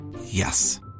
Yes